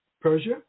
Persia